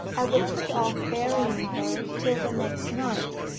i would put off burying her till the next night.